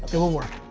it will work.